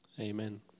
Amen